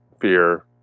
fear